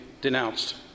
denounced